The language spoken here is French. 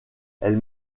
elle